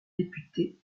députée